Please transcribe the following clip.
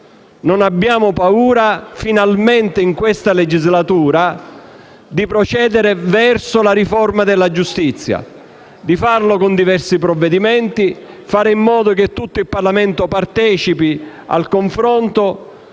Non abbiamo paura, finalmente, in questa legislatura, di procedere verso la riforma della giustizia, di farlo con diversi provvedimenti, facendo in modo che tutto il Parlamento partecipi al confronto.